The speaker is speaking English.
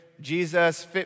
Jesus